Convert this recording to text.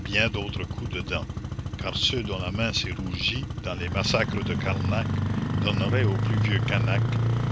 bien d'autres coups de dents car ceux dont la main s'est rougie dans les massacres de karnak donneraient au plus vieux kanak